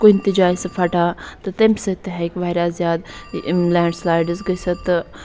کُنہ تہِ جایہِ سُہ پھٹان تہٕ تَمہِ سۭتۍ تہِ ہیٚکہِ واریاہ زیادٕ یِم لینٛڈ سٕلایڈس گٔژھِتھ تہٕ